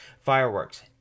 fireworks